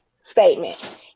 statement